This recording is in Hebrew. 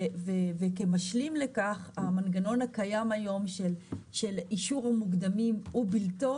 וכמשלים לכך המנגנון הקיים היום של אישור ומוקדמים ואין בלתו